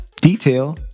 detail